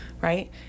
right